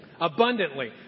Abundantly